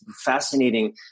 fascinating